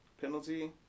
Penalty